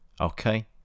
okay